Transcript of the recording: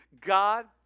God